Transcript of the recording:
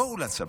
בואו לצבא.